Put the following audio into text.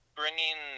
bringing